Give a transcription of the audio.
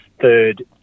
third